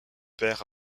pères